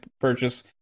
purchase